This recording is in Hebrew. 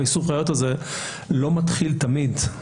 איסוף הראיות הזה לא מתחיל תמיד,